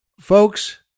folks